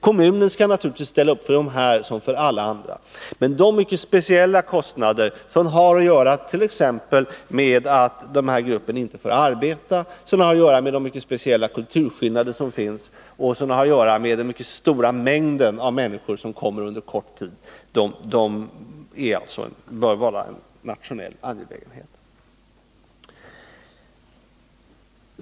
Kommunen skall naturligtvis ställa upp för dessa som för alla andra människor, men de mycket speciella kostnader som har att göra t.ex. med det förhållandet att den här gruppen inte får arbete, med de mycket speciella kulturskillnader som finns och med den mycket stora mängd människor som kommer under kort period, bör vara en nationell angelägenhet.